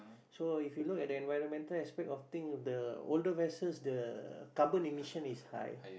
so if you look at the environmental aspect of thing the older vessels the carbon emission is high